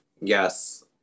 yes